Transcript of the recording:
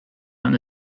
man